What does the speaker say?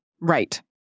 Right